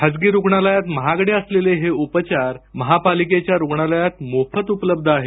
खाजगी रुग्णालयात महागडे असलेले हे उपचार महापालिकेच्या रुग्णालयात मोफत उपलब्ध आहेत